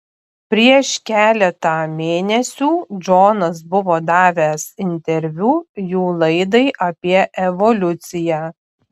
prieš keletą mėnesių džonas buvo davęs interviu jų laidai apie evoliuciją